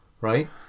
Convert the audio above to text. right